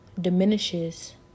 diminishes